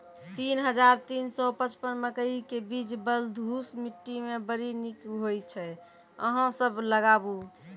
तीन हज़ार तीन सौ पचपन मकई के बीज बलधुस मिट्टी मे बड़ी निक होई छै अहाँ सब लगाबु?